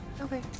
Okay